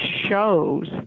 shows